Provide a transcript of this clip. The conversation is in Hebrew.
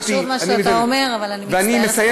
זה חשוב מה שאתה אומר, אבל אני מצטערת,